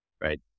right